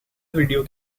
video